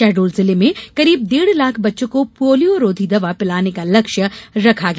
शहडोल जिले में करीब डेढ़ लाख बच्चों को पोलियोरोधी दवा पिलाने का लक्ष्य रखा गया